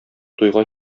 туйга